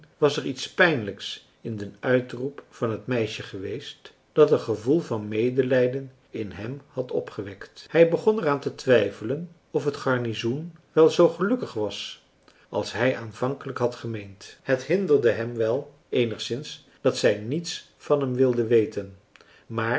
was er iets pijnlijks in den uitroep van het meisje geweest dat een gevoel van medelijden in hem had opgewekt hij begon er aan te twijfelen of het garnizoen wel zoo gelukkig was als hij aanvankelijk had gemeend het hinderde hem wel eenigszins dat zij niets van hem wilde weten maar